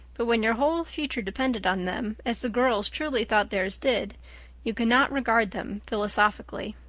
but when your whole future depended on them as the girls truly thought theirs did you could not regard them philosophically.